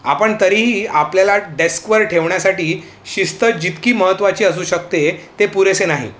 आपण तरीही आपल्याला डेस्कवर ठेवण्यासाठी शिस्त जितकी महत्त्वाची असू शकते ते पुरेसे नाही